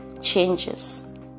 changes